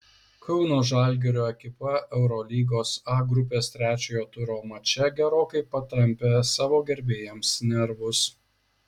kauno žalgirio ekipa eurolygos a grupės trečiojo turo mače gerokai patampė savo gerbėjams nervus